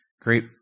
great